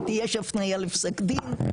הפניה לפסק דין,